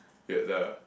weird lah